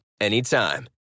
anytime